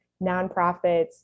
nonprofits